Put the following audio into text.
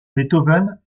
beethoven